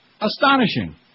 astonishing